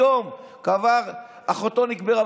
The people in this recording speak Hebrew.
שהיום אחותו נקברה.